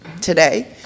today